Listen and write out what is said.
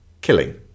killing